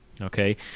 okay